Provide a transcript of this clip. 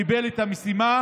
קיבל את המשימה,